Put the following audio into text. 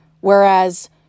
whereas